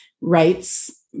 rights